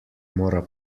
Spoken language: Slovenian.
mora